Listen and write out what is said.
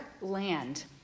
land